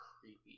creepy